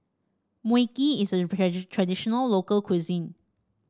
Mui Kee is a traditional local cuisine